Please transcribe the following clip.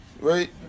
Right